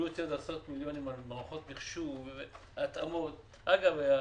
אם יוציאו עוד עשרות מיליונים על מערכות מחשוב והתאמות אגב,